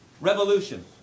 Revolution